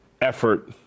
effort